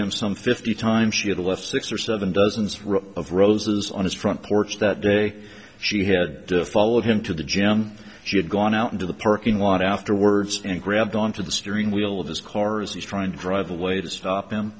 him some fifty times she had left six or seven dozens of roses on his front porch that day she had followed him to the gym she had gone out into the parking lot afterwards and grabbed on to the steering wheel of his car as he's trying to drive away to stop